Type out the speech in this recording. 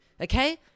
okay